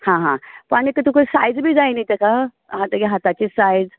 हां हां आनीक ती तुका सायज बी जाय न्ही तेका हां तेगेल्या हाताची सायज